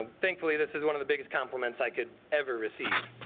thankfully this is one of the biggest compliments i could ever receive.